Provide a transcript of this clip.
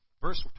Verse